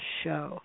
show